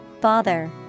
Bother